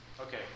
Okay